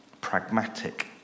pragmatic